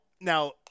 Now